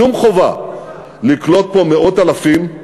שום חובה, לקלוט פה מאות אלפים.